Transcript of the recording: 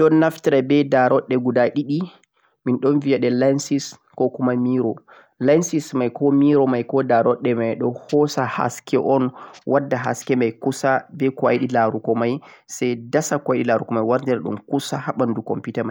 telecope nei e'don naftire daa rabbe guda didi bindhuom vie lensis ko kuma miro lensis mei ko miro mei ko daa raddo mei nei e'don hoosa haske o'n wadda haske be kusa sai a laaruko mei sai dasa e laaruko mei wardarghu kusa haa e'laarukoo mei haa banduu kompiyuta